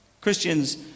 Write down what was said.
Christians